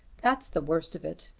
that's the worst of it.